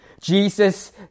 Jesus